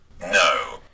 No